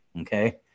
Okay